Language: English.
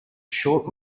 short